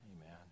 Amen